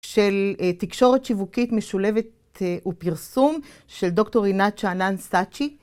של תקשורת שיווקית משולבת ופרסום של דוקטור עינת שאנן סאצ'י.